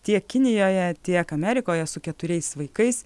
tiek kinijoje tiek amerikoje su keturiais vaikais